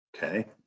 Okay